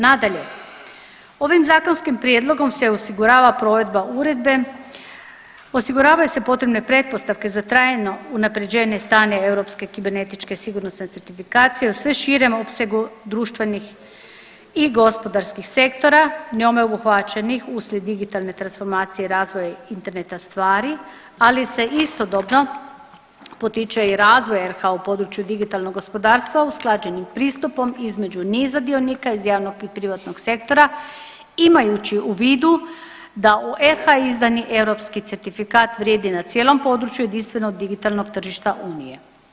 Nadalje, ovim zakonskim prijedlogom se osigurava provedba Uredbe, osiguravaju se potrebne pretpostavke za trajno unaprjeđenje stanja europske kibernetičke sigurnosne certifikacije u sve širem opsegu društvenih i gospodarskih sektora, njome obuhvaćenih uslijed digitalne transformacije razvoja interneta stvari, ali se istodobno potiče i razvoj RH u području digitalnog gospodarstva, usklađenim pristupom između niza dionika iz javnog i prihvatnog sektora, imajući u vidu da u RH izdani europskih certifikat vrijedi na cijelom području jedinstvenog digitalnog tržišta Unije.